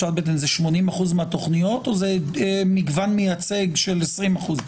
זה 80% מהתכניות או מגוון מייצג של 20%?